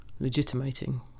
legitimating